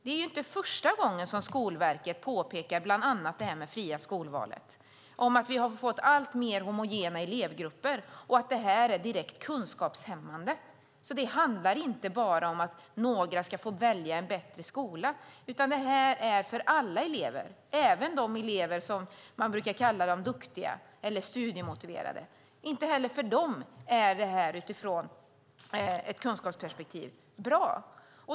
Det är inte första gången som Skolverket påpekar detta med det fria skolvalet, att vi har fått alltmer homogena elevgrupper och att det är direkt kunskapshämmande. Det handlar inte bara om att några ska få välja en bättre skola, utan det handlar om alla elever, även de som man brukar kalla de duktiga eller de studiemotiverade. Det här inte bra för dem heller utifrån ett kunskapsperspektiv.